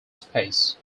space